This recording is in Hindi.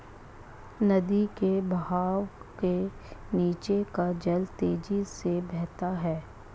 नदी के बहाव के नीचे का जल तेजी से बहता है